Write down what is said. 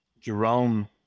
Jerome